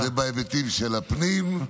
זה בהיבטים של הפנים,